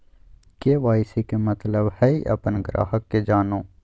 KYC के मतलब हइ अपन ग्राहक के जानो